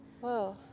Whoa